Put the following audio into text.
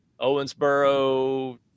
Owensboro